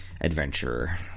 adventurer